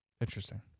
Interesting